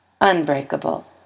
unbreakable